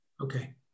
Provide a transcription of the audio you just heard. Okay